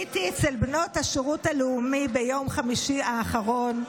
הייתי אצל בנות השירות הלאומי ביום חמישי האחרון,